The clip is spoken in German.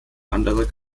anderer